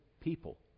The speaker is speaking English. people